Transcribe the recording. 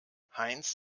heinz